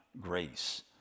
grace